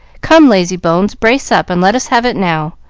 come, lazybones, brace up, and let us have it now.